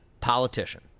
politician